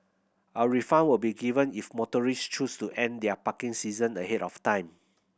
a refund will be given if motorist choose to end their parking session ahead of time